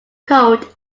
cold